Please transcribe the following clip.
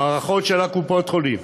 מערכות של קופות-החולים,